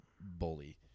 bully